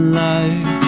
life